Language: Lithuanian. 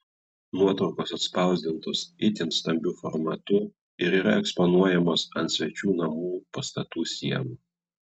nuotraukos atspausdintos itin stambiu formatu ir yra eksponuojamos ant svečių namų pastatų sienų